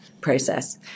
process